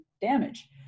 damage